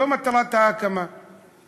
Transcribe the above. זו הייתה מטרת ההקמה ב-1968,